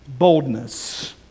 boldness